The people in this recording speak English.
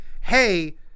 hey